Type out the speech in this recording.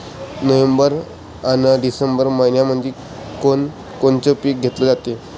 November अन December मइन्यामंधी कोण कोनचं पीक घेतलं जाते?